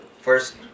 first